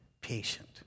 patient